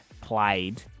played